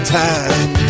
time